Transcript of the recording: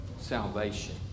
salvation